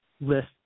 list